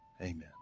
Amen